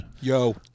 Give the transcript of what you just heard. Yo